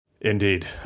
Indeed